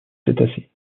cétacés